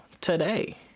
today